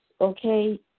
Okay